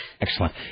Excellent